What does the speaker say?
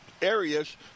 areas